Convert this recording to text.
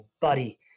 buddy